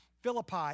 Philippi